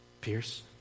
Pierce